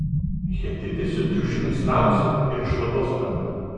hetitai sutriuškins ramzį ir išvaduos mane